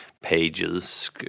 pages